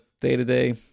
day-to-day